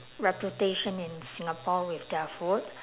reputation in singapore with their food